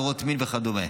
עבירות מין וכו'.